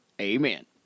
Amen